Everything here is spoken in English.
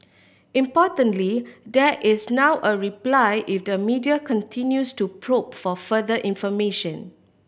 importantly there is now a reply if the media continues to probe for further information